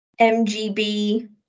MGB